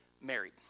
married